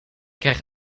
krijg